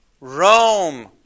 Rome